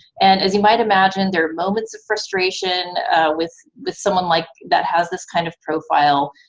and as you might imagine, there are moments of frustration with with someone like, that has this kind of profile,